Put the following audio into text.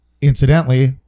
incidentally